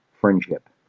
friendship